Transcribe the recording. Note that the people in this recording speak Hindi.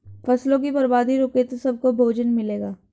फसलों की बर्बादी रुके तो सबको भोजन मिलेगा